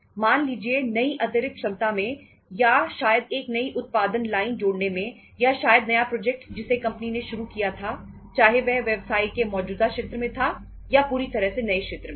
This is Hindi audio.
मान लीजिए नई अतिरिक्त क्षमता में या शायद एक नई उत्पादन लाइन जोड़ने में या शायद नया प्रोजेक्ट जिसे कंपनी ने शुरू किया था चाहे वह व्यवसाय के मौजूदा क्षेत्र में था या पूरी तरह से नए क्षेत्र में था